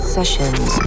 Sessions